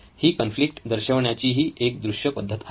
ही conflict दर्शवण्याचा ही एक दृश्य पद्धत आहे